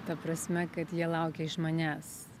ta prasme kad jie laukia iš manęs